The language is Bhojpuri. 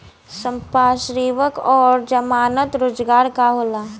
संपार्श्विक और जमानत रोजगार का होला?